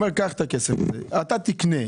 זאת אומרת, לא לקנות דירות.